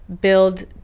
build